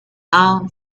own